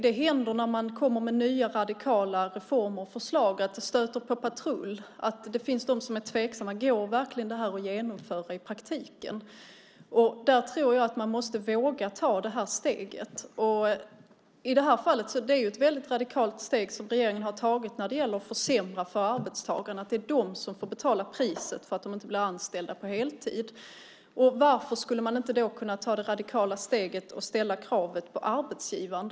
Det händer när man kommer med nya radikala reformer och förslag att det stöter på patrull. Det finns de som är tveksamma: Går det här verkligen att genomföra i praktiken? Där tror jag att man måste våga ta steget. I det här fallet är det ett väldigt radikalt steg som regeringen har tagit när det gäller att försämra för arbetstagarna. Det är de som får betala priset för att de inte blir anställda på heltid. Varför skulle man då inte kunna ta det radikala steget och ställa kravet på arbetsgivarna?